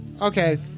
Okay